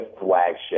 flagship